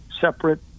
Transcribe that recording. separate